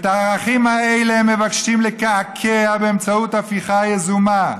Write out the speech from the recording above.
את הערכים האלה הם מבקשים לקעקע באמצעות הפיכה יזומה.